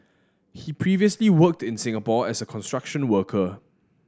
he previously worked in Singapore as a construction worker